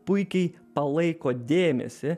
puikiai palaiko dėmesį